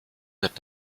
wird